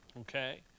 okay